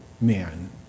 man